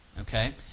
okay